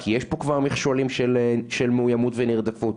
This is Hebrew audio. כי יש מכשולים של מאוימות ונרדפות,